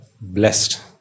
blessed